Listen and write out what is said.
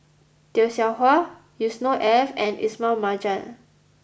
Tay Seow Huah Yusnor Ef and Ismail Marjan